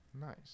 Nice